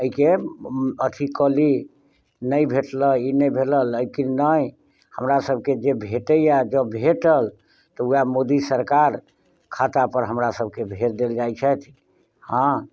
एहिके अथि कऽ ली नहि भेटलै ई नहि भेलै लेकिन नहि हमरा सभके जे भेटैए जँऽ भेटल तऽ उएह मोदी सरकार खातापर हमरासभके भेज देल जाइत छथि हँ